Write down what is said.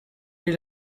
est